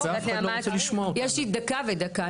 יש לי דקה ודקה,